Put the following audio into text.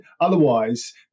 Otherwise